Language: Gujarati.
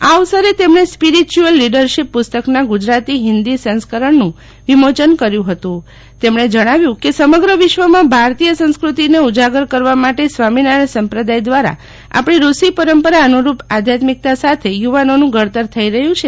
આ અવસરે તેમણે સ્પ્રિરીયુઅલ લીડરશીપ પુસ્તકના ગુજરાતી ફિન્દી સંસ્કરણનું વિમોચન કર્યું ફતું તેમણે જણાવ્યું કે સમગ્ર વિશ્વમાં ભારતીય સંસ્કુતિ ને ઉજાગર કરવા માટે સ્વામિનારાયણ સંપ્રદાય દ્વારા આપની ઋષિ પરંપરા અનુરૂપ આધયાત્મિકતા સાથે યુવાનોનું ઘડતર થઇ રહ્યું છે